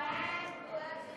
ההצעה